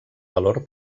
valor